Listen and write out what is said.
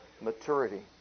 maturity